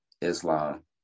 Islam